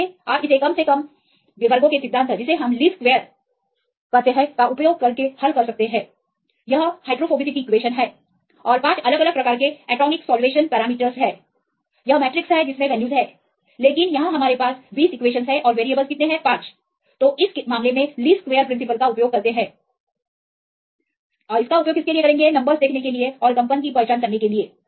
फिर आसानी से आप इसे कम से कम वर्गों के सिद्धांत का उपयोग करके हल कर सकते हैं यह समीकरण है यह हाइड्रोफोबिसिटी है और यह 5 अलग अलग प्रकार के एटॉमिक सॉल्वेशन पैरामीटर्स है यह मैट्रिक्स है जिसमें ये वैल्यूज हैं लेकिन यहां हमारे मामले में हमारे पास 20 इक्वेशनस हैं और हमारे पास केवल 5 वेरिएबलस हैं इस मामले में हम कम से कम वर्गों के सिद्धांत का उपयोग करते हैं संख्या देखने के लिए कंपन की पहचान करें